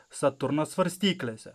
saturnas svarstyklėse